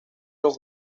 los